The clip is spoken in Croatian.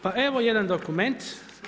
Pa evo jedan dokument.